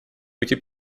пути